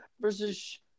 versus